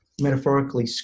metaphorically